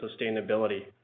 sustainability